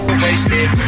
wasted